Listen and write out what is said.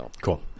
Cool